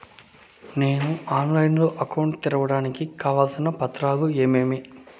నేను ఆన్లైన్ లో అకౌంట్ తెరవడానికి కావాల్సిన పత్రాలు ఏమేమి?